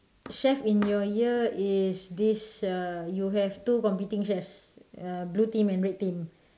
chef in your ear is this uh you have two competing chefs uh blue team and red team